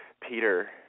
Peter